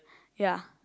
ya